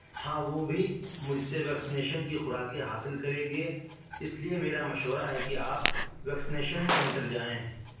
ہاں وہ بھی مجھ سے ویکسینیشن کی خوراکیں حاصل کریں گے اس لیے میرا مشورہ ہے کہ آپ ویکسینیشن سینٹر جائیں